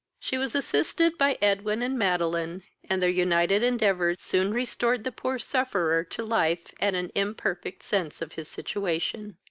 she was assisted by edwin and madeline, and their united endeavours soon restored the poor sufferer to life and an imperfect sense of his situation.